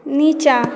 नीचाँ